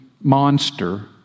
monster